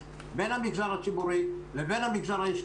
בשבת, לפני שבועיים, התחננתי, הצגתי